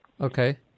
Okay